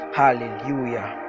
hallelujah